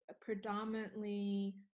predominantly